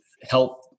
help